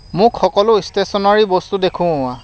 মোক সকলো ষ্টেশ্যনেৰি বস্তু দেখুওৱা